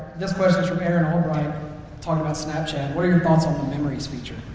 this question is from aaron albright talking about snapchat what are your thoughts on the memories feature?